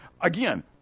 Again